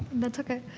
that's okay.